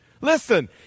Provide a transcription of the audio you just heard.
Listen